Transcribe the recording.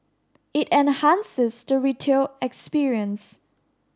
it enhances the retail experience